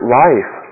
life